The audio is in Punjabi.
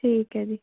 ਠੀਕ ਹੈ ਜੀ